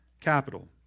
capital